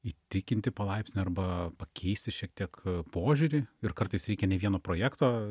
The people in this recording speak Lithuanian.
įtikinti palaipsniui arba pakeisti šiek tiek požiūrį ir kartais reikia ne vieno projekto